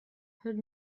heard